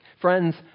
Friends